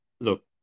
Look